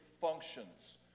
functions